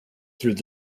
through